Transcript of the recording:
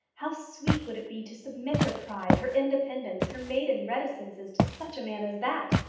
how sweet would it be to submit her pride, her independence, her maiden reticences to such a man as that!